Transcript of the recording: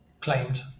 claimed